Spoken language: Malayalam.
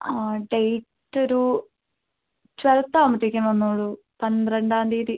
ആ ഡേറ്റ് ഒരു ട്വൽവ്ത്ത് ആവുമ്പത്തേക്കും വന്നോളൂ പന്ത്രണ്ടാം തീയതി